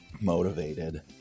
motivated